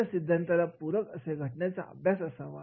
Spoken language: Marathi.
अशा सिद्धांताला पूरक असे घटनेचा अभ्यास असावा